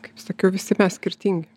kaip sakiau visi mes skirtingi